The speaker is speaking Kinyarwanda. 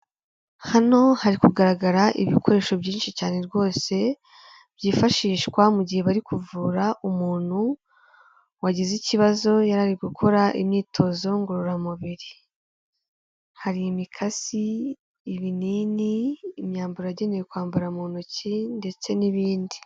Hano hari kugaragara ibikoresho byinshi cyane rwose byifashishwa mu gihe bari kuvura umuntu wagize ikibazo yari ari gukora imyitozo ngororamubiri, hari imikasi, ibinini, imyambaro yagenewe kwambara mu ntoki ndetse n'ibindi.